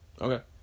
Okay